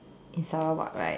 in Sarawak right